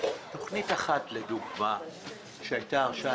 תוכנית אחת לדוגמה שהייתה בה הרשאה